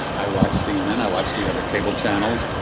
i watch cnn. i watch the other cable channels.